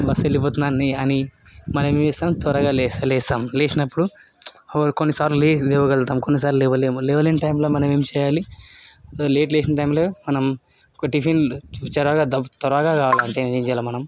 bus వెళ్ళిపోతుందని అని మనం ఏం చేస్తాం త్వరగా లేస్తే లేస్తాం లేచినప్పుడు కొన్నిసార్లు లేవగలుగుతాం కొన్నిసార్లు లెవ్వలేము లేవలేని టైంల మనం ఏం చేయాలి లేట్ లేసిన టైంలో మనం ఒక టిఫిన్లు చొరగా త్వరగా కావాలంటే ఏం చేయాలి మనం